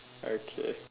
okay